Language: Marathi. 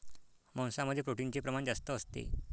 मांसामध्ये प्रोटीनचे प्रमाण जास्त असते